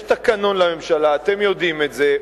יש תקנון לממשלה, אתם יודעים את זה.